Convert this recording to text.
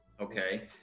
Okay